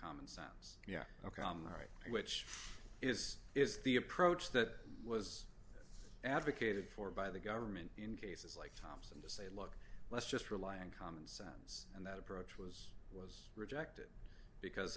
common sense yeah ok all right which is is the approach that was advocated for by the government in cases like them to say look let's just rely on common sense and that approach was rejected because